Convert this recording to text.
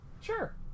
sure